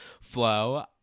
flow